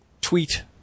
tweet